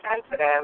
sensitive